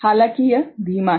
हालाँकि यह धीमा है